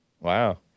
wow